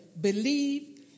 believe